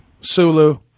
Sulu